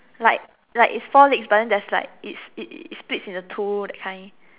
like like it's four legs but then there's like it it it's split into two that kind